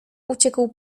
uciekł